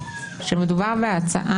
יכול לראות את המדינה עולה בלהבות.